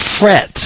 fret